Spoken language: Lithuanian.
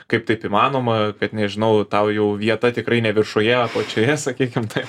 kaip taip įmanoma kad nežinau tau jau vieta tikrai ne viršuje o apačioje sakykim taip